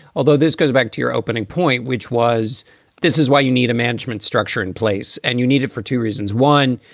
although this goes back to your opening point, which was this is why you need a management structure in place and you need it for two reasons. one,